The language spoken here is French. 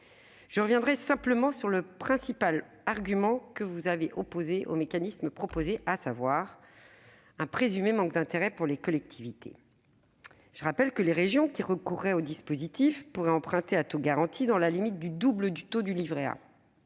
Je reviendrai simplement sur le principal argument que vous avez opposé au mécanisme proposé, à savoir son présumé manque d'intérêt pour les collectivités. Les régions qui recourraient au dispositif pourraient emprunter à un taux garanti dans la limite du double du taux du livret A.